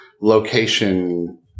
location